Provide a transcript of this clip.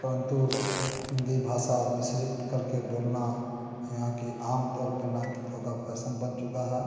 परंतु हिन्दी भाषा मिश्रित करके बोलना यहाँ कि आमतौर पर नागरिकों का फैसन बन चुका है